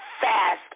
Fast